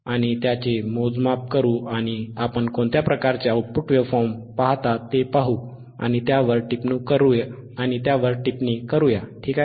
आपण त्याचे मोजमाप करू आणि आपण कोणत्या प्रकारचे आउटपुट वेव्हफॉर्म पाहतो ते पाहू आणि त्यावर टिप्पणी करूया ठीक आहे